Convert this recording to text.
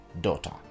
daughter